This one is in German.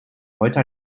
heute